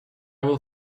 will